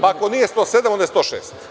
Ako nije 107. onda je 106.